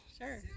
Sure